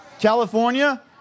California